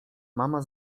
mama